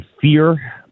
fear